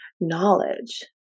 knowledge